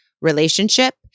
relationship